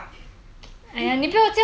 I don't like hypothetical questions okay